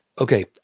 okay